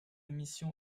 mission